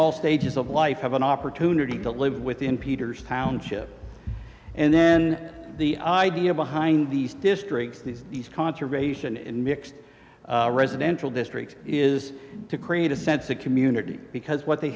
all stages of life have an opportunity to live within peter's township and then the idea behind these districts these these conservation in mixed residential district is to create a sense of community because what they